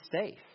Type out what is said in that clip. safe